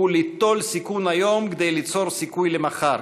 ליטול סיכון היום כדי ליצור סיכוי למחר,